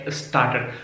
started